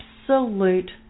absolute